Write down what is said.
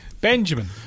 Benjamin